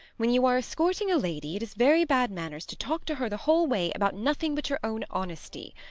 when you are escorting a lady it is very bad manners to talk to her the whole way about nothing but your own honesty.